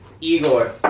Igor